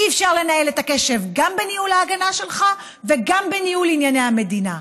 אי-אפשר לנהל את הקשב גם בניהול ההגנה שלך וגם בניהול ענייני מהמדינה,